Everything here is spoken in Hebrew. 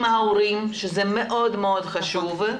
עם ההורים, שזה מאוד מאוד חשוב,